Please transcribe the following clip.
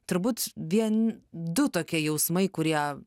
turbūt vien du tokie jausmai kurie